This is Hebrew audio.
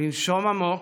לנשום עמוק,